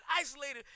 isolated